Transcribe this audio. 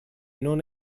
non